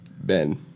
Ben